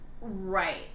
Right